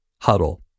Huddle